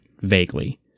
vaguely